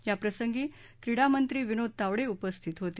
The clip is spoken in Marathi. या प्रसंगी क्रीडा मंत्री विनोद तावडे उपस्थित होते